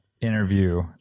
interview